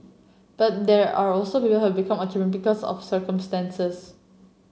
but there are also people who become because of circumstances